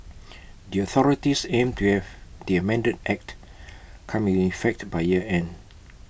the authorities aim to have the amended act come in effect by year end